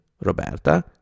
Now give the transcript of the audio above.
Roberta